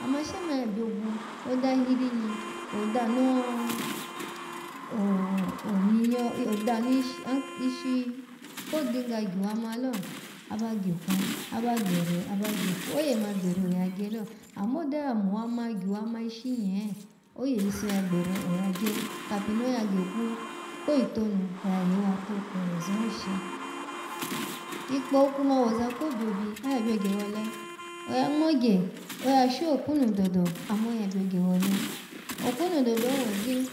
Amma ashe mani ya byogwu, oda hirinyi, odano o-ominyo, odanu an-ishi ko dinga gyuwa ma lo, aba gekwu aba gbere, aba gekwu oye ma gbere oya gye lo amma odo ya muwama ya gyuwama ishi nye, oye yiso ya gbere oya gye kapi noya gekwu ko yi tounu, oya yewa took ya yoza ho she ikpo kuma woza ko byobyi oya byagye wole oya ngmogye, oya shokwunu dodo, amma oya byogye wole okunu dodo nu woji